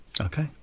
Okay